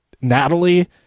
Natalie